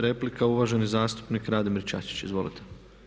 Replika, uvaženi zastupnik Radimir Čačić, izvolite.